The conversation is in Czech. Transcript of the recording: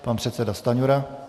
Pan předseda Stanjura.